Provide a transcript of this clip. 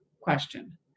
question